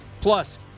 Plus